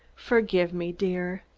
forgive me, dear.